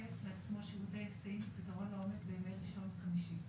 לעצמו שירותי היסעים כפתרון לעומס בימי ראשון וחמישי.